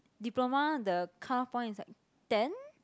diploma the cut off point is like ten